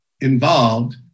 involved